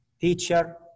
teacher